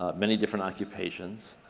um many different occupations.